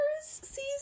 season